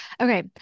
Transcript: Okay